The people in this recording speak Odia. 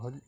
ଭଲ